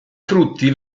frutti